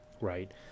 right